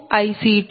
6933